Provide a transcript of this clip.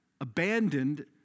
abandoned